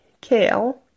kale